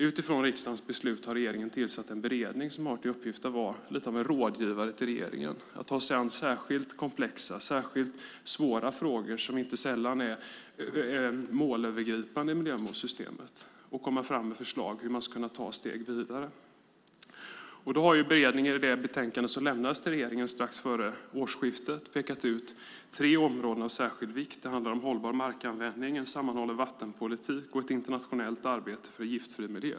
Utifrån riksdagens beslut har regeringen tillsatt en beredning som har till uppgift att vara lite av en rådgivare till regeringen. Den ska ta sig an särskilt komplexa och svåra frågor, som inte sällan är målövergripande, i miljömålssystemet och komma fram med förslag på hur man ska kunna ta steg vidare. Beredningen har i det betänkande som lämnades till regeringen strax före årsskiftet pekat ut tre områden av särskild vikt. Det handlar om hållbar markanvändning, en sammanhållen vattenpolitik och ett internationellt arbete för en giftfri miljö.